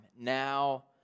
now